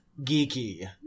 geeky